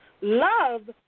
Love